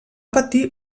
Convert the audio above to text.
patir